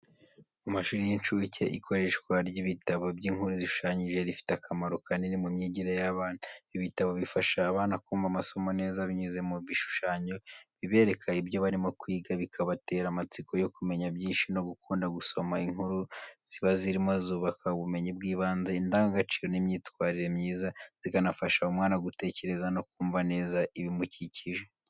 Mu mashuri y’incuke, ikoreshwa ry’ibitabo by’inkuru zishushanyije rifite akamaro kanini mu myigire y’abana. Ibi bitabo bifasha abana kumva amasomo neza binyuze mu bishushanyo bibereka ibyo barimo kwiga, bikabatera amatsiko yo kumenya byinshi no gukunda gusoma. Inkuru ziba zirimo zubaka ubumenyi bw’ibanze, indangagaciro n’imyitwarire myiza, zikanafasha umwana gutekereza no kumva neza ibimukikije.